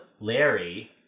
Larry